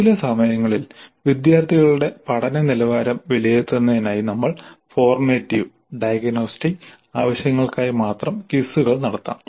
ചില സമയങ്ങളിൽ വിദ്യാർത്ഥികളുടെ പഠന നിലവാരം വിലയിരുത്തുന്നതിനായി നമ്മൾ ഫോർമാറ്റീവ് ഡയഗ്നോസ്റ്റിക് ആവശ്യങ്ങൾക്കായി മാത്രം ക്വിസുകൾ നടത്താം